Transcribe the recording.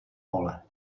pole